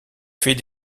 fait